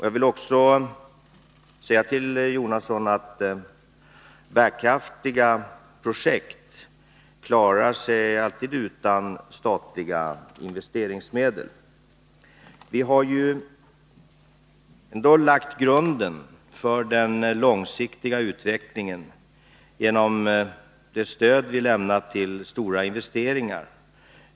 Jag vill också säga till Bertil Jonasson att bärkraftiga projekt alltid klarar sig utan statliga investeringsmedel. Vi har lagt grunden för den långsiktiga utvecklingen genom det stöd vi lämnat till stora investeringar.